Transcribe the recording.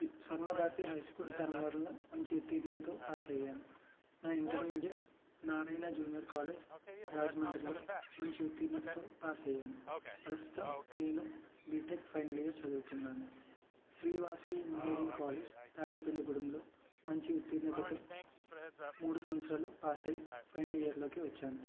Shri Swarna Bharati high school ధర్మవరంలో మంచి ఉతీర్ణతతో పాస్ అయ్యాను నా ఇంటర్మీడియట్ నారాయణ జూనియర్ కాలేజ్ రాజమండ్రిలో మంచి ఉతీర్ణతతో పాస్ అయ్యాను ప్రస్తుతం నేను బీటెక్ ఫైనల్ ఇయర్ చదువుతున్నాను శ్రీ వాసవి ఇంజనీరింగ్ కాలేజ్ తాడేపల్లి గూడంలో మంచి ఉతీర్ణతతో మూడు సంవత్సరాలు పాస్ అయి ఫైనల్ ఇయర్లోకి వచ్చాను